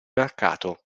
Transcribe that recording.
mercato